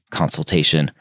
consultation